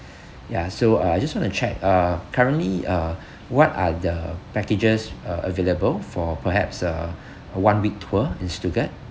ya so uh I just want to check uh currently uh what are the packages uh available for perhaps a a one week tour in stuttgart